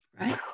Right